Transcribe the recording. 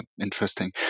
interesting